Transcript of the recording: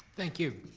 thank you.